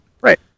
Right